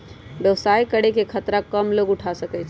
व्यवसाय करे के खतरा कम लोग उठा सकै छै